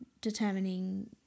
determining